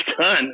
done